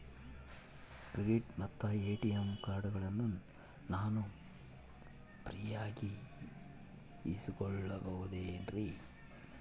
Credit ಮತ್ತ ATM ಕಾರ್ಡಗಳನ್ನ ನಾನು ಫ್ರೇಯಾಗಿ ಇಸಿದುಕೊಳ್ಳಬಹುದೇನ್ರಿ?